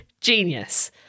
genius